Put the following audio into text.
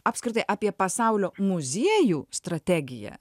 apskritai apie pasaulio muziejų strategiją